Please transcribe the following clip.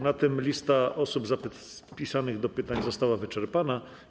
Na tym lista osób zapisanych do pytań została wyczerpana.